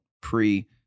pre